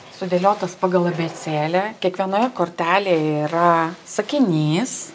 sudėliotas pagal abėcėlę kiekvienoje kortelėje yra sakinys